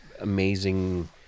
amazing